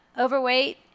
overweight